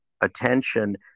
attention